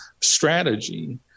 strategy